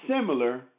similar